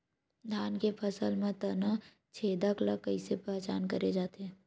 धान के फसल म तना छेदक ल कइसे पहचान करे जाथे?